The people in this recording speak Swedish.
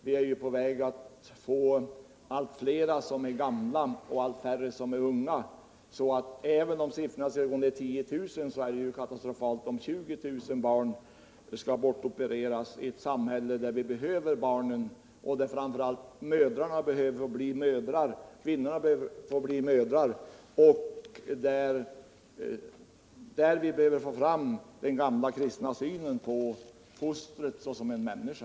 Vi är på väg att få allt fler gamla människor och allt färre unga, så även om abortsiffrorna skulle sjunka, är det katastrofalt om 20 000 foster bortopereras, eftersom vi behöver barnen och framför allt kvinnorna behöver bli mödrar och vi i vårt samhälle behöver återfå den gamla kristna synen på fostret såsom en människa.